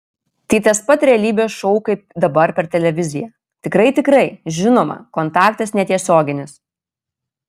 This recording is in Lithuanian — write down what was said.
tai tas pat realybės šou kaip dabar per televiziją tikrai tikrai žinoma kontaktas netiesioginis